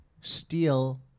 steal